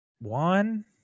one